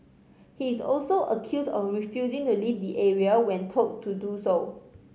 he is also accused of refusing to leave the area when told to do so